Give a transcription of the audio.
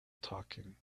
talking